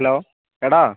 hello എടാ